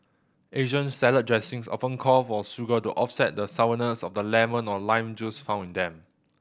Asian salad dressings often call for sugar to offset the sourness of the lemon or lime juice found in them